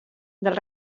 del